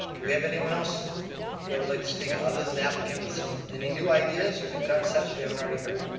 do we have anyone else that would like to speak other than the applicant with so any new ideas or new concepts we haven't already heard?